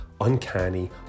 uncanny